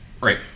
right